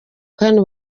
kandi